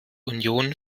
union